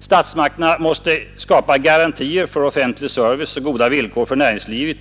Statsmakterna måste skapa garantier för offentlig service och goda villkor för näringslivet